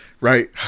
right